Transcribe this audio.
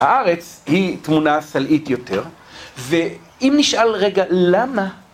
‫הארץ היא תמונה סלעית יותר, ‫ואם נשאל רגע למה...